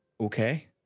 okay